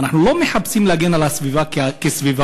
אנחנו לא מחפשים להגן על הסביבה כסביבה.